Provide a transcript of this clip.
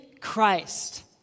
Christ